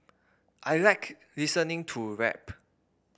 I like listening to rap